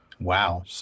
Wow